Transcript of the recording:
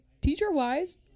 Teacher-wise